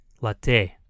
latte